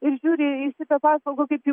ir žiūri į šitą paslaugą kaip jau